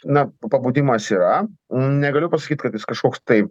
na pabudimas yra negaliu pasakyt kad jis kažkoks tai